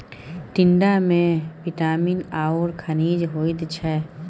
टिंडामे विटामिन आओर खनिज होइत छै